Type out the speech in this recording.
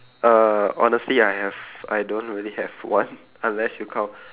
err honestly I have I don't really have one unless you count